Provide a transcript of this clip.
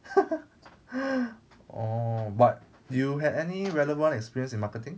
orh but you had any relevant experience in marketing